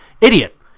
idiot